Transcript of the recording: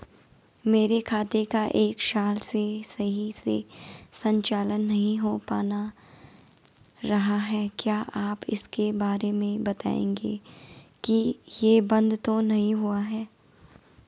मेरे खाते का एक साल से सही से संचालन नहीं हो पाना रहा है क्या आप इसके बारे में बताएँगे कि ये बन्द तो नहीं हुआ है?